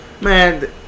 Man